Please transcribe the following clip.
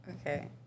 Okay